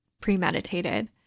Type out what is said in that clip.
premeditated